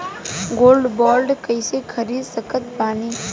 Gold bond कईसे खरीद सकत बानी?